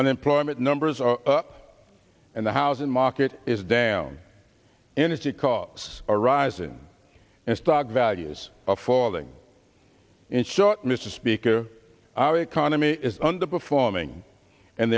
unemployment numbers are up and the housing market is down energy costs are rising and stock values of falling in short mr speaker our economy is underperforming and